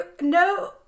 no